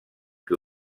que